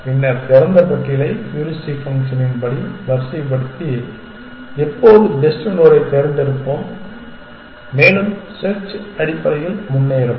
பின்னர் திறந்த பட்டியலை ஹூரிஸ்டிக் ஃபங்க்ஷனின்படி வரிசைப்படுத்தி எப்போதும் பெஸ்ட் நோடைத் தேர்ந்தெடுப்போம் மேலும் செர்ச் அடிப்படையில் முன்னேறும்